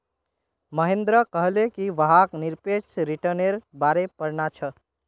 महेंद्र कहले कि वहाक् निरपेक्ष रिटर्न्नेर बारे पढ़ना छ